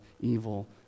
evil